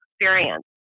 experience